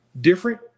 different